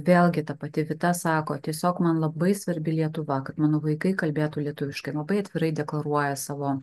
vėlgi ta pati vita sako tiesiog man labai svarbi lietuva kad mano vaikai kalbėtų lietuviškai labai atvirai deklaruoja savo